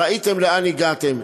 ראיתם לאן הגעתם.